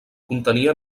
contenia